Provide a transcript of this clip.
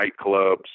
nightclubs